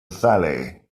valley